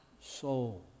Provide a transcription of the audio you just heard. soul